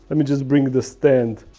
i mean just bring the stand